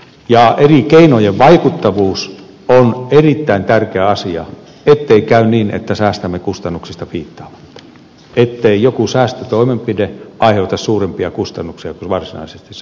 eri keinojen vaikuttavuus on erittäin tärkeä asia ettei käy niin että säästämme kustannuksista piittaamatta ja että joku säästötoimenpide aiheuttaa suurempia kustannuksia kuin varsinaisesti saatu säästö